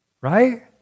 Right